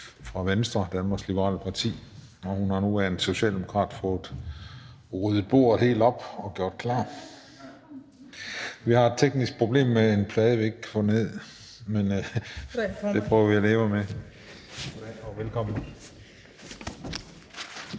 fra Venstre, Danmarks Liberale Parti, og hun har nu af en socialdemokrat fået tørret bordet helt af og gjort klar. Vi har et teknisk problem med en plade, vi ikke kan få ned, men det prøver vi at leve med. Velkommen.